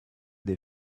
des